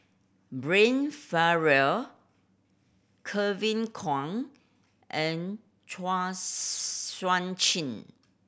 Brian Farrell Kevin Kwan and Chua Sian Chin